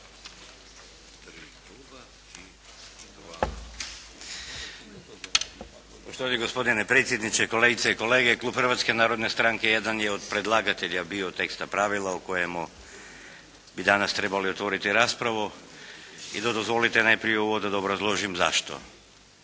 Poštovani gospodine predsjedniče, kolegice i kolege. Klub Hrvatske narodne stranke jedan od predlagatelja bio teksta pravila o kojemu bi danas trebali otvoriti raspravu i da dozvolite najprije u uvodu da obrazložim zašto.